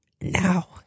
Now